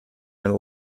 and